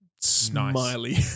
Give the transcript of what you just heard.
smiley